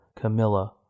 Camilla